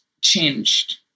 changed